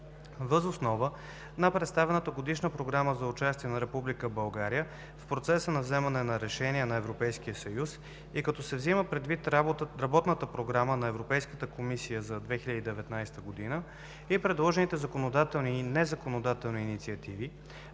Въз основа на представената Годишна програма за участие на Република България в процеса на вземане на решения на Европейския съюз и като взема предвид Работната програма на Европейската комисия за 2019 г. и предложените законодателни и незаконодателни инициативи,